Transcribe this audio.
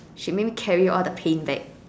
she made me carry all the paint bag